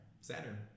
Saturn